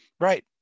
Right